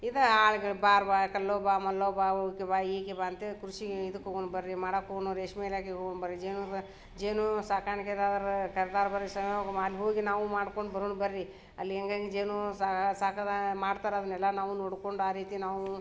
ಇದೇ ಆಳ್ಗಳು ಬಾರ್ ಬಾರ್ ಕಲ್ಲೋ ಬಾ ಮಲ್ಲೋ ಬಾ ಅವ್ಕೆ ಬಾ ಈಗೆ ಬಾ ಅಂಥೇಳಿ ಕೃಷಿ ಇದಕ್ಕೆ ಹೋಗೋಣ ಬರ್ರಿ ಮಾಡೋಕೆ ಹೋಗೋಣ ರೇಷ್ಮೆ ಇಲಾಖೆಗೆ ಹೋಗೋಣ ಬರ್ರಿ ಜೋನುದ ಜೇನು ಸಾಕಾಣಿಕೆದಾರ್ರು ಕರ್ದಾರ ಬರ್ರಿ ಸಂಯೋಗ ಮ ಅಲ್ಲಿ ಹೋಗಿ ನಾವು ಮಾಡ್ಕೊಂಡು ಬರೋಣ ಬರ್ರಿ ಅಲ್ಲಿ ಹೆಂಗೆ ಹೆಂಗೆ ಜೇನು ಸಾಕೋದು ಮಾಡ್ತಾರೆ ಅದನ್ನೆಲ್ಲ ನಾವು ನೋಡ್ಕೊಂಡು ಆ ರೀತಿ ನಾವೂ